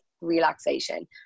relaxation